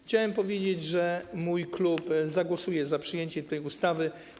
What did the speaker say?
Chciałbym powiedzieć, że mój klub zagłosuje za przyjęciem tej ustawy.